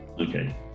okay